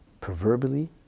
proverbially